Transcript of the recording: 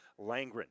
Langren